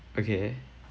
okay